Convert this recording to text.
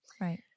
right